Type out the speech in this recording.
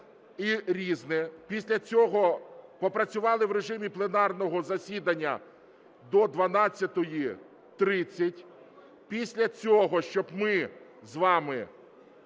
після цього попрацювали в режимі пленарного засідання до 12:30, після цього щоб ми з вами